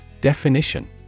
definition